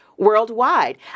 worldwide